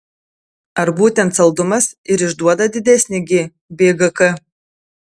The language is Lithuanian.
ar būtent saldumas ir išduoda didesnį gi bei gk